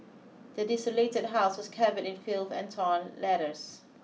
the desolated house was covered in filth and torn letters